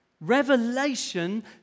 Revelation